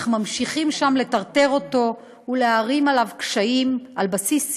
אך ממשיכים שם לטרטר אותו ולהערים עליו קשיים על בסיס יומיומי,